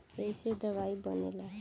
ऐइसे दवाइयो बनेला